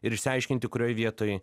ir išsiaiškinti kurioj vietoj